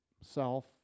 self